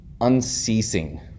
unceasing